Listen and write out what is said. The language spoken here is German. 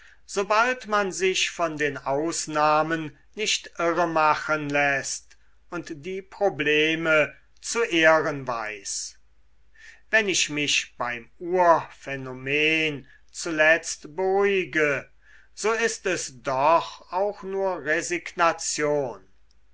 sobald man sich von den ausnahmen nicht irremachen läßt und die probleme zu ehren weiß wenn ich mich beim urphänomen zuletzt beruhige so ist es doch auch nur resignation